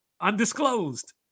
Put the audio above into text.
undisclosed